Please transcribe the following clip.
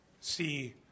see